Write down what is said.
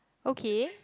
okay